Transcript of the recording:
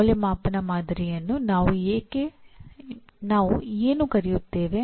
ಅಂದಾಜುವಿಕೆಯ ಮಾದರಿಯನ್ನು ನಾವು ಏನು ಕರೆಯುತ್ತೇವೆ